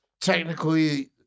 technically